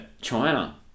China